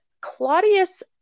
Claudius